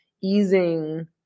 easing